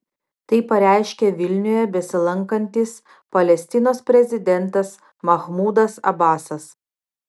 tai pareiškė vilniuje besilankantis palestinos prezidentas mahmudas abasas